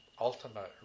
ultimate